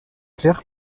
claire